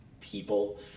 people